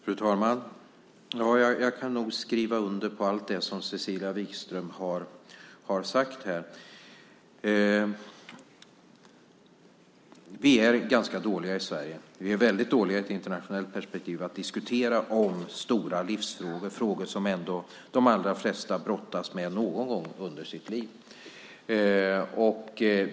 Fru talman! Jag kan nog skriva under på allt det som Cecilia Wikström har sagt. Vi är ganska dåliga i Sverige, väldigt dåliga i ett internationellt perspektiv, på att diskutera stora livsfrågor, frågor som ändå de allra flesta brottas med någon gång under sitt liv.